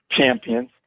champions